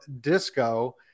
disco